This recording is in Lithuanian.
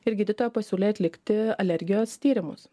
ir gydytoja pasiūlė atlikti alergijos tyrimus